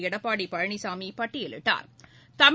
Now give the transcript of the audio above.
Edappadi Palaniswami பட்டியலிட்டா்